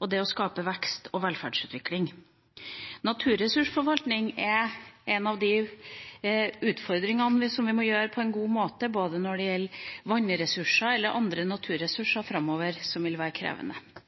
og det å skape vekst og velferdsutvikling. Naturressursforvaltning er en av de utfordringene vi må løse på en god måte framover, både når det gjelder vannressurser og andre naturressurser, noe som vil være krevende.